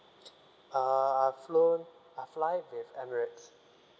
uh I flown I flied with emirates